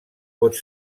pot